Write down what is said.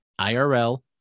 IRL